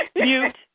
Mute